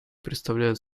представляют